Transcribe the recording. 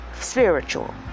spiritual